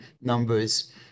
numbers